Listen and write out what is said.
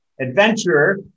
adventurer